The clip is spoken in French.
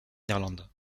irlande